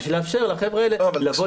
כדי לאפשר לחבר'ה האלה לבוא לפה.